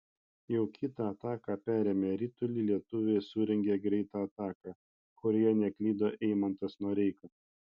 jau kitą ataką perėmę ritulį lietuviai surengė greitą ataką kurioje neklydo eimantas noreika